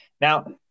Now